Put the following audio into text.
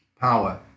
Power